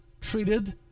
treated